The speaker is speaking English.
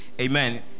Amen